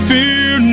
Fear